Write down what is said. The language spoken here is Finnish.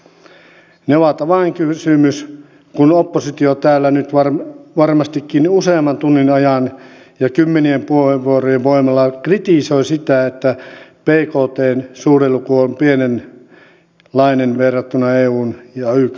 ne ovat avainkysymys kun oppositio täällä nyt varmastikin useamman tunnin ajan ja kymmenien puheenvuorojen voimalla kritisoi sitä että bktn suhdeluku on pienenlainen verrattuna eun ja ykn tavoitteisiin